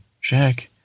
Jack